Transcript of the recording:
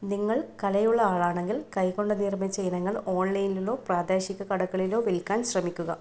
നിങ്ങൾ കലയുള്ള ആളാണെങ്കിൽ കൈകൊണ്ട് നിർമ്മിച്ച ഇനങ്ങൾ ഓൺലൈനിലോ പ്രാദേശിക കടകളിലോ വിൽക്കാൻ ശ്രമിക്കുക